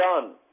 done